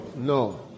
no